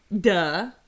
Duh